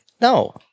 No